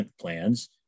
plans